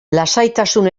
lasaitasun